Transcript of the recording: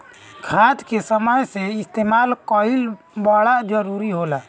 खाद के समय से इस्तेमाल कइल बड़ा जरूरी होला